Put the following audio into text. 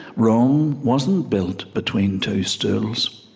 rome wasn't built between two stools